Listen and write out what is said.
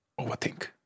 overthink